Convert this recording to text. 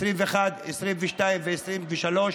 העשרים ושתיים והעשרים ושלוש,